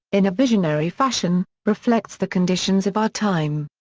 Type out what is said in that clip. in a visionary fashion, reflects the conditions of our time.